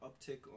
uptick